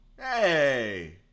Hey